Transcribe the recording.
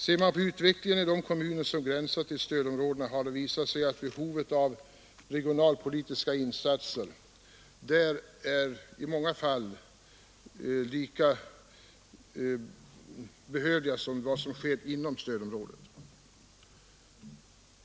Ser man på utvecklingen i de kommuner som gränsar till stödområdena visar det sig att behovet av regionalpolitiska insatser där i många fall är lika stort som inom stödområdena.